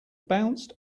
bounced